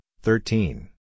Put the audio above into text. thirteen